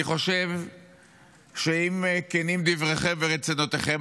אני חושב שאם כנים דבריכם ורצונותיכם,